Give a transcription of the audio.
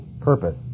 purpose